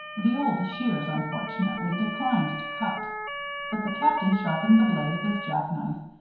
the old shears, unfortunately, declined to cut but the captain sharpened the blade of his jack-knife,